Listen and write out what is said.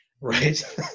Right